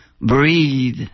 Breathe